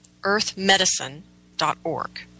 earthmedicine.org